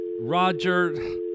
Roger